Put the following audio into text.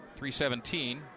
317